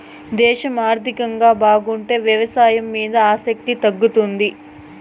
దేశం ఆర్థికంగా బాగుంటే వ్యవసాయం మీద ఆసక్తి తగ్గుతుంది